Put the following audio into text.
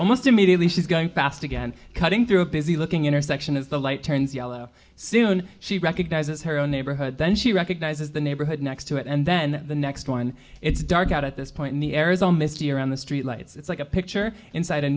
almost immediately she's going fast again cutting through a busy looking intersection as the light turns yellow soon she recognizes her own neighborhood then she recognizes the neighborhood next to it and then the next one it's dark out at this point in the air is all misty around the street lights it's like a picture inside